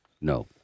No